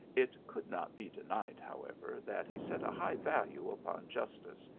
it could not be denied, however, that he set a high val ue upon justice,